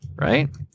right